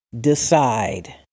decide